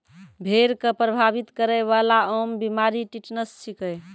भेड़ क प्रभावित करै वाला आम बीमारी टिटनस छिकै